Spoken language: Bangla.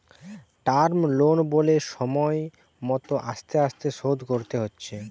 টার্ম লোন বলে সময় মত আস্তে আস্তে শোধ করতে হচ্ছে